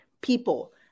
people